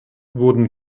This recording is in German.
wurden